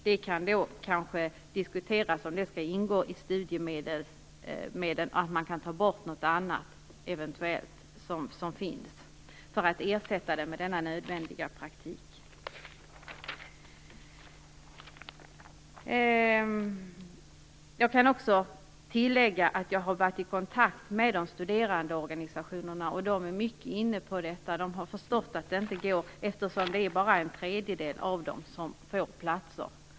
Man kan sedan diskutera om denna nödvändiga praktik skall täckas av studiemedel och kompenseras av att något annat eventuellt tas bort. Jag kan också tillägga att jag har varit i kontakt med studerandeorganisationerna. De är helt med på denna diskussion. De har förstått att situationen inte är hållbar eftersom bara en tredjedel av de sökande får platser.